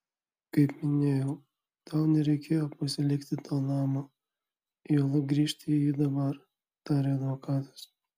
kaip minėjau tau nereikėjo pasilikti to namo juolab grįžti į jį dabar tarė advokatas